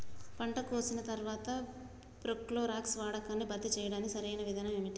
పంట కోసిన తర్వాత ప్రోక్లోరాక్స్ వాడకాన్ని భర్తీ చేయడానికి సరియైన విధానం ఏమిటి?